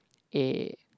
a